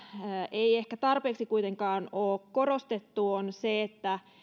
ei ehkä tarpeeksi kuitenkaan ole korostettu on se että